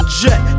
jet